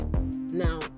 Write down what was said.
now